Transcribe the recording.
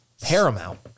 paramount